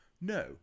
No